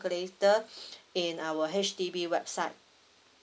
in our H_D_B website